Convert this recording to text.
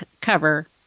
cover